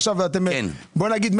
נאמר,